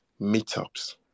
meetups